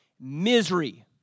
misery